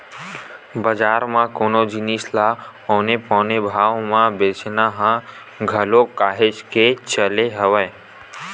बजार म कोनो जिनिस ल औने पौने भाव म बेंचना ह घलो काहेच के चले हवय